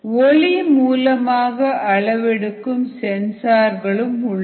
ஒளி மூலமாக அளவெடுக்கும் சென்சார்கள் உள்ளன